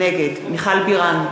נגד מיכל בירן,